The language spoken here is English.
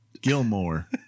Gilmore